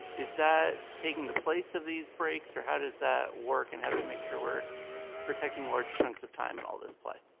is that taking the place of these breaks or how does that work and how do we make sure we're protecting large chunks of time and all this apply?